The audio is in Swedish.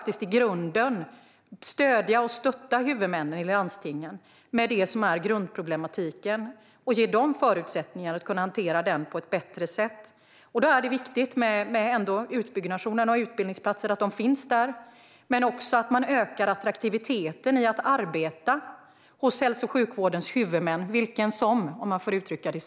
I grunden måste man stötta huvudmännen i landstingen i det som är grundproblematiken och ge dem förutsättningar att hantera den på ett bättre sätt. Då är det viktigt med utbyggnaden av utbildningsplatser. Det är också viktigt att man ökar attraktiviteten för att arbeta hos hälso och sjukvårdens huvudmän, vilka som än är huvudmän.